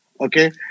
okay